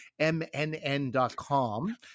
mnn.com